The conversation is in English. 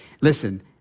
listen